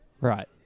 Right